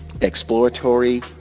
exploratory